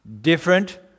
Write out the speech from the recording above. different